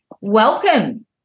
Welcome